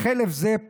חלף זה,